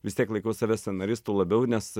vis tiek laikau save scenaristu labiau nes